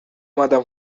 اومدم